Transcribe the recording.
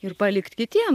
ir palikt kitiem